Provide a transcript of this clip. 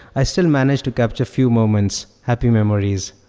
i still manage to capture few moments. happy memories.